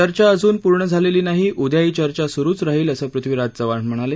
चर्चा अजून पूर्ण झालेली नाही उद्याही चर्चा सुरु राहिल असं पृथ्वीराज चव्हाण म्हणाले